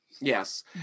Yes